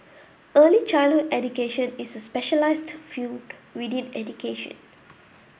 early childhood education is a specialised field within education